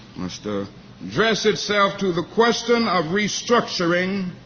must ah address itself to the question of restructuring